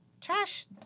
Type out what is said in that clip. trash